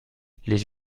les